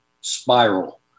spiral